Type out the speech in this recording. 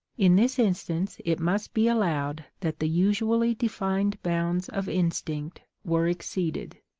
in this instance it must be allowed that the usually defined bounds of instinct were exceeded.